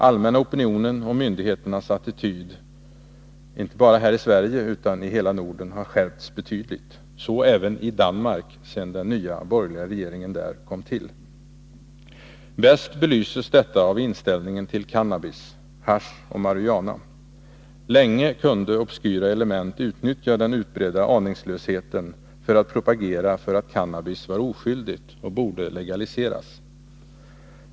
Allmänna opinionen och myndigheternas attityd, inte bara här i Sverige utan i hela Norden, har skärpts betydligt, så även i Danmark sedan den nya borgerliga regeringen kom till. Bäst belyses detta av inställningen till cannabis — hasch och marijuana. Länge kunde obskyra element utnyttja den utbredda aningslösheten för att propagera för att cannabis var oskyldigt och borde legaliseras.